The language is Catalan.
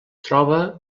troba